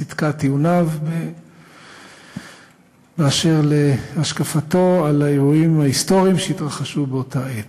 צדקת טיעוניו באשר להשקפתו על האירועים ההיסטוריים שהתרחשו באותה עת.